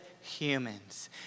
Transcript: humans